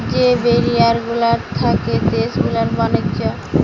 যে ব্যারিয়ার গুলা থাকে দেশ গুলার ব্যাণিজ্য